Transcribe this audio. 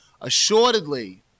Assuredly